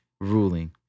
ruling